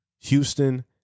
Houston